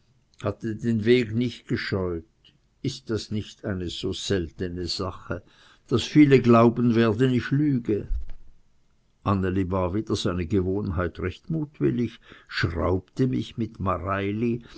hatte den weg nicht gescheut ist das nicht eine so seltene sache daß viele glauben werden ich lüge anneli war wider seine gewohnheit recht mutwillig schraubte mich mit mareili